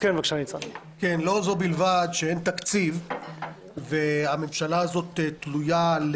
לא זו בלבד שאין תקציב והממשלה הזאת תלויה על